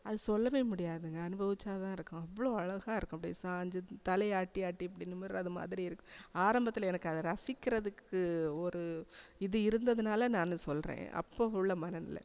அது சொல்லவே முடியாதுங்க அனுபவிச்சால்தான் இருக்கும் அவ்வளோ அழகாக இருக்கும் அப்படியே சாஞ்சி தலையை ஆட்டி ஆட்டி இப்படி நிமிர்றதுமாதிரி இருக்கு ஆரம்பத்தில் எனக்கு அதை ரசிக்கிறதுக்கு ஒரு இது இருந்ததுனால நான் சொல்லுறேன் அப்போ உள்ள மனநில